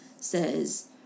says